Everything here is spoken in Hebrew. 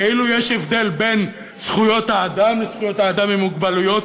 כאילו יש הבדל בין זכויות האדם לזכויות האדם עם מוגבלויות,